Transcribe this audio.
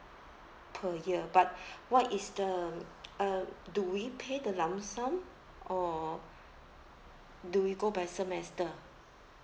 per year but what is the um do we pay the lump sum or do we go by semester